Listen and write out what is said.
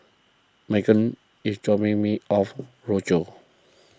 Meghann is dropping me off Rochor